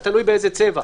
זה תלוי באיזה צבע,